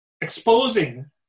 exposing